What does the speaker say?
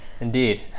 indeed